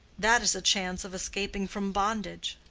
that is a chance of escaping from bondage.